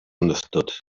understood